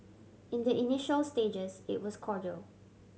in the initial stages it was cordial